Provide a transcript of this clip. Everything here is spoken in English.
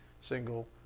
single